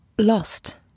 lost